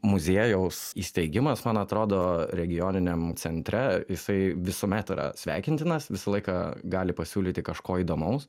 muziejaus įsteigimas man atrodo regioniniam centre jisai visuomet yra sveikintinas visą laiką gali pasiūlyti kažko įdomaus